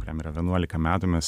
kuriam yra vienuolika metų mes